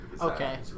Okay